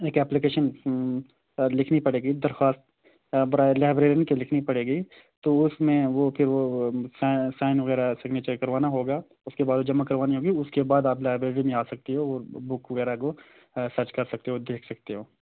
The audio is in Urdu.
ایک اپلیکیشن لکھنی پڑے گی درخواست برائے لائبریرین کے لکھنی پڑے گی تو وہ اس میں وہ کہ وہ سائن وغیرہ سگنیچر کروانا ہوگا اس کے بعد وہ جمع کروانی ہوگی اس کے بعد آپ لائبریری میں آ سکتی ہو وہ بک وغیرہ کو سرچ کر سکتے ہو دیکھ سکتے ہو